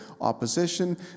opposition